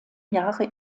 jahre